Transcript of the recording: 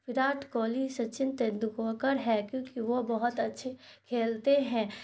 وراٹ کوہلی سچن تینتدوکوکر ہے کیونکہ وہ بہت اچھے کھیلتے ہیں